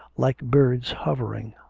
like birds hovering,